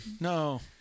no